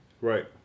Right